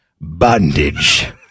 bondage